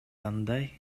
кандай